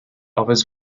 offers